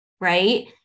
right